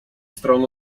stron